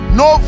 no